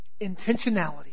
intentionality